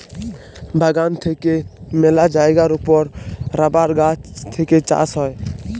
বাগান থেক্যে মেলা জায়গার ওপর রাবার গাছ থেক্যে চাষ হ্যয়